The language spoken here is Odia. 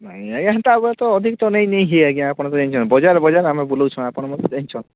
ନାଇଁ ଆଜ୍ଞା ହେନ୍ତା ବୋଲେ ତ ଅଧିକ ନାଇଁ ନେଇ ହିଏ ଆଜ୍ଞା ଆପଣ ଜାଣିଛନ୍ ବଜାର ବଜାର ଆମେ ବୁଲୁଛୁଁ ଆପଣ ତ ଜାଣିଛନ୍